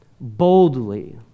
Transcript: boldly